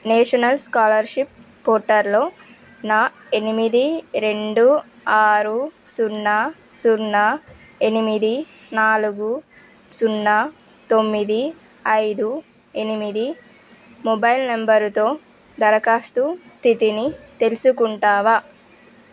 national scholarship పోర్టల్లో నా ఎనిమిది రెండు ఆరు సున్నా సున్నా ఎనిమిది నాలుగు సున్నా తొమ్మిది ఐదు ఎనిమిది మొబైల్ నంబరుతో దరఖాస్తు స్థితిని తెలుసుకుంటావా